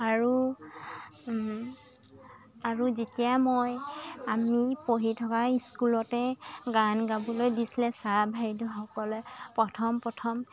আৰু আৰু যেতিয়া মই আমি পঢ়ি থকা স্কুলতে গান গাবলৈ দিছিলে ছাৰ বাইদেউসকলে প্ৰথম প্ৰথম